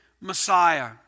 Messiah